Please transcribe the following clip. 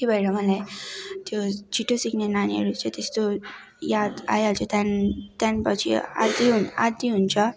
त्यो भएर मलाई त्यो छिट्टो सिक्ने नानीहरू चाहिँ त्यस्तो याद आइहाल्छ त्यहाँदेखि त्याहाँदेखि पछि हुन्छ